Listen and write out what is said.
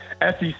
SEC